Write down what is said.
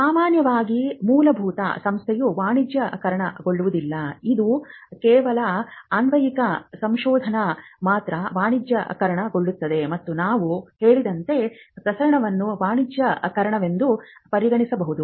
ಸಾಮಾನ್ಯವಾಗಿ ಮೂಲಭೂತ ಸಂಶೋಧನೆಯು ವಾಣಿಜ್ಯೀಕರಣಗೊಳ್ಳುವುದಿಲ್ಲ ಇದು ಕೇವಲ ಅನ್ವಯಿಕ ಸಂಶೋಧನೆ ಮಾತ್ರ ವಾಣಿಜ್ಯೀಕರಣಗೊಳ್ಳುತ್ತದೆ ಮತ್ತು ನಾವು ಹೇಳಿದಂತೆ ಪ್ರಸರಣವನ್ನು ವಾಣಿಜ್ಯೀಕರಣವೆಂದು ಪರಿಗಣಿಸಬಹುದು